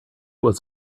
was